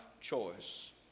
choice